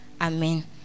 Amen